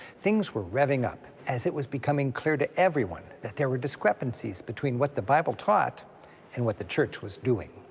things were revving up as it was becoming clear to everyone that there were discrepancies between what the bible taught and what the church was doing.